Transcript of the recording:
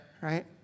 right